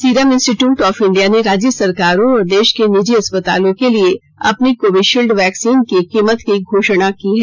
serum institute of India ने राज्य सरकारों और देश के निजी अस्पतालों के लिए अपनी कोविशील्ड वैक्सीन की कीमत की घोषणा की है